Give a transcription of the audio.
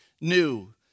new